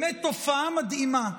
באמת תופעה מדהימה.